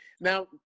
Now